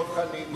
דב חנין,